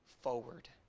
forward